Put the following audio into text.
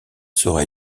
sera